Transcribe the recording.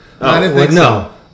No